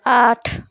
आठ